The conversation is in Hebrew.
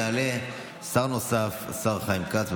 יעלה שר נוסף: השר חיים כץ.